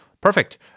perfect